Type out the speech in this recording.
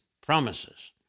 promises